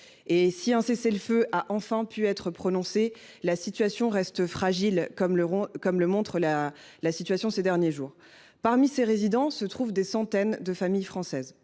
Si un cessez le feu a enfin pu être prononcé, la situation reste fragile, comme on l’a vu ces derniers jours. Parmi ces résidents se trouvent des centaines de familles françaises.